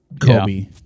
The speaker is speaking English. Kobe